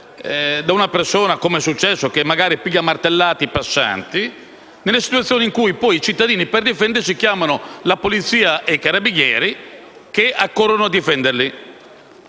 o una persona, come è successo, che piglia a martellate i passanti. Poi ci sono le situazioni in cui i cittadini, per difendersi, chiamano la polizia e i carabinieri che accorrono per difenderli.